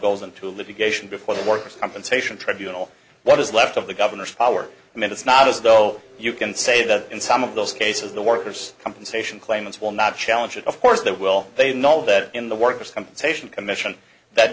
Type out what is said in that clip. and to litigation before the workers compensation tribunal what is left of the governor's power i mean it's not as though you can say that in some of those cases the workers compensation claimants will not challenge it of course that will they know that in the workers compensation commission that